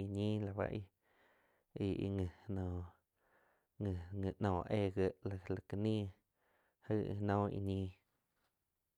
íh ñi la bá íh-íh nji noh nji-nji noh éh giéh la ká ní aig íh noh íh ñii.